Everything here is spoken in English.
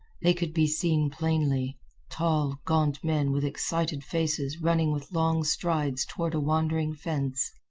they could be seen plainly tall, gaunt men with excited faces running with long strides toward a wandering fence.